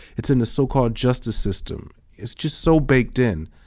it's in the so-called justice system. it's just so baked in.